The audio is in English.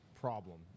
Problem